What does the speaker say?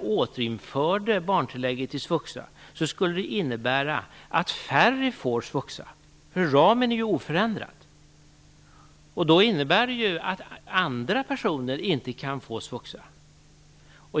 återinför barntillägget i svuxa skulle det innebära att färre får svuxa. Ramen är ju oförändrad. Det innebär att andra personer inte kan få svuxa.